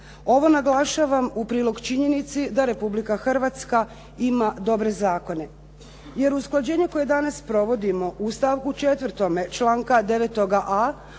Ovo naglašavam u prilog činjenici da Republika Hrvatska ima dobre zakone. Jer usklađenje koje danas provodimo u stavku 4. članka 9a. a